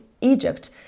Egypt